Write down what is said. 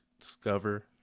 Discover